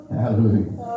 Hallelujah